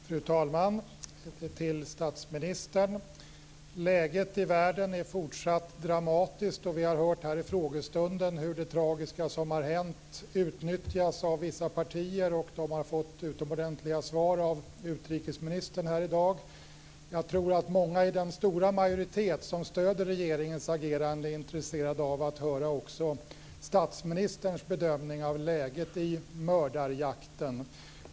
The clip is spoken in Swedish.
Fru talman! Jag vill vända mig till statsministern. Läget i världen är fortsatt dramatiskt, och vi har under frågestunden hört hur det tragiska som har hänt utnyttjas av vissa partier. De har fått utomordentliga svar av utrikesministern i dag. Jag tror att många i den stora majoritet som stöder regeringens agerande är intresserad av att höra också statsministerns bedömning av läget i mördarjakten.